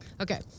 Okay